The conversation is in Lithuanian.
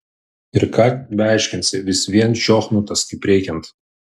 ir ką beaiškinsi vis vien čiochnutas kaip reikiant